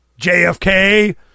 JFK